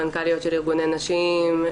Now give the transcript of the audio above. מנכ"ליות של ארגוני נשים,